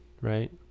right